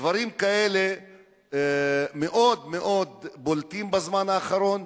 דברים כאלה הם מאוד מאוד בולטים בזמן האחרון.